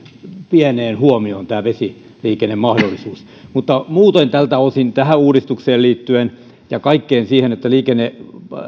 pieneen huomioon tämä vesiliikennemahdollisuus muuten tältä osin tähän uudistukseen liittyen ja kaikkeen siihen että